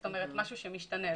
זאת אומרת: משהו שמשתנה,